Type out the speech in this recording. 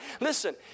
Listen